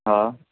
ہاں